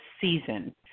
season